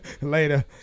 Later